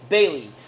Bailey